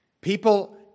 People